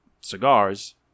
cigars